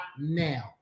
now